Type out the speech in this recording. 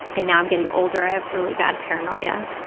and now i'm getting older, i have really bad paranoia,